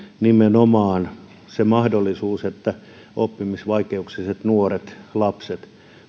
nimenomaan se mahdollisuus että oppimisvaikeuksiset nuoret ja lapset